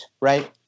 right